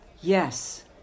Yes